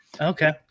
Okay